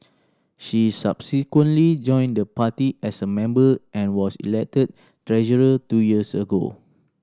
she subsequently joined the party as a member and was elected treasurer two years ago